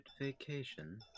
vacation